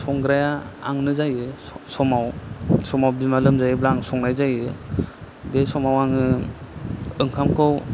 संग्राया आंनो जायो समाव बिमा लोमजायोब्ला आं संनाय जायो बे समाव आङो ओंखामखौ